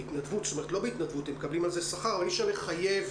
העובדים מקבלים שכר אבל אי-אפשר לחייב